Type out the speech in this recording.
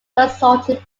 consulting